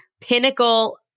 pinnacle